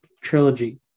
trilogy